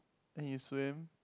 and you swim